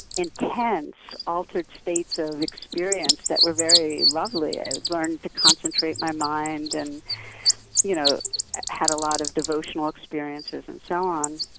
intense altered states of experience that were very lovely. i learned to concentrate my mind and you know i had a lot of devotional experiences and so on.